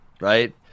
Right